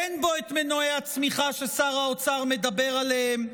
אין בו מנועי הצמיחה ששר האוצר מדבר עליהם,